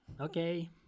Okay